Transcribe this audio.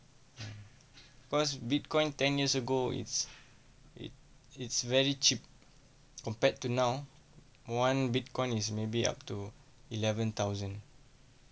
uh cause bitcoin ten years ago it's it it's very cheap compared to now one bitcoin is maybe up to eleven thousand